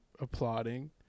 applauding